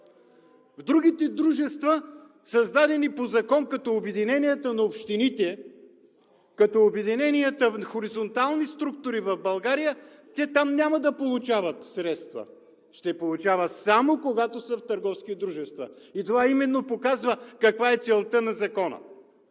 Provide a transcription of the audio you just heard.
В другите дружества, създадени по закон, като обединенията на общините, като обединенията, хоризонтални структури в България – те там няма да получават средства. Ще получават само когато са в търговски дружества. И това именно показва каква е целта на Закона.